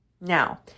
Now